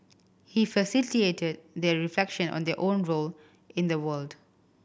he facilitated their reflection on their own role in the world